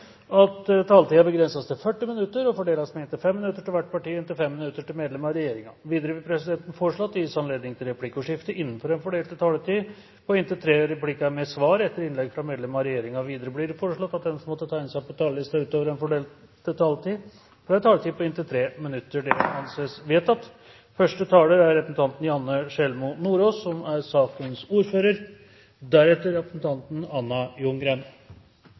at taletiden begrenses til 40 minutter og fordeles med inntil 5 minutter til hvert parti og inntil 5 minutter til medlem av regjeringen. Videre vil presidenten foreslå at det gis anledning til replikkordskifte på inntil tre replikker med svar etter innlegg fra medlem av regjeringen innenfor den fordelte taletid. Videre blir det foreslått at de som måtte tegne seg på talerlisten utover den fordelte taletid, får en taletid på inntil 3 minutter. – Det anses vedtatt. Saken vi nå behandler, er